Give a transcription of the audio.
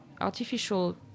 artificial